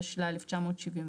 התשל"א-1971,